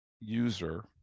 user